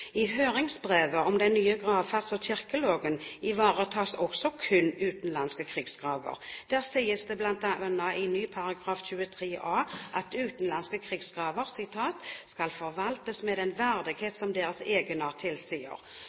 Der sies det bl.a. i ny § 23 a at utenlandske krigsgraver skal «forvaltes med den verdighet som deres egenart tilsier».